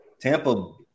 Tampa